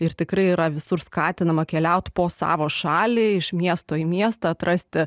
ir tikrai yra visur skatinama keliaut po savo šalį iš miesto į miestą atrasti